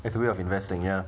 it's a way of investing ya